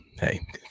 Hey